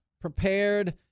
prepared